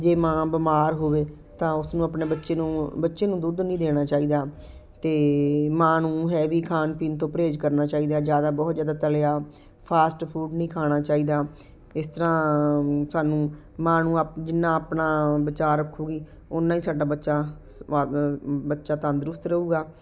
ਜੇ ਮਾਂ ਬਿਮਾਰ ਹੋਵੇ ਤਾਂ ਉਸਨੂੰ ਆਪਣੇ ਬੱਚੇ ਨੂੰ ਬੱਚੇ ਨੂੰ ਦੁੱਧ ਨਹੀਂ ਦੇਣਾ ਚਾਹੀਦਾ ਅਤੇ ਮਾਂ ਨੂੰ ਹੈਵੀ ਖਾਣ ਪੀਣ ਤੋਂ ਪਰਹੇਜ਼ ਕਰਨਾ ਚਾਹੀਦਾ ਜ਼ਿਆਦਾ ਬਹੁਤ ਜ਼ਿਆਦਾ ਤਲਿਆ ਫਾਸਟ ਫੂਡ ਨਹੀਂ ਖਾਣਾ ਚਾਹੀਦਾ ਇਸ ਤਰ੍ਹਾਂ ਸਾਨੂੰ ਮਾਂ ਨੂੰ ਆ ਜਿੰਨਾ ਆਪਣਾ ਬਚਾਅ ਰੱਖੇਗੀ ਓਨਾ ਹੀ ਸਾਡਾ ਬੱਚਾ ਸ ਬੱਚਾ ਤੰਦਰੁਸਤ ਰਹੇਗਾ